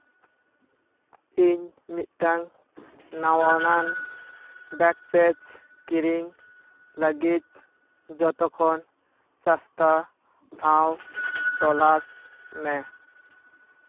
ᱤᱧ ᱢᱤᱫᱴᱟᱝ ᱱᱟᱣᱟᱱᱟᱱ ᱵᱮᱠ ᱯᱮᱡᱽ ᱠᱤᱨᱤᱧ ᱞᱟᱹᱜᱤᱫ ᱡᱚᱛᱚᱠᱷᱚᱱ ᱥᱚᱥᱛᱷᱟ ᱴᱷᱟᱶ ᱛᱚᱞᱟᱥ ᱢᱮ